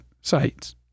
sites